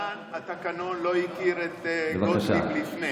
התקנון לא הכיר את גוטליב לפני.